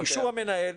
המנהל,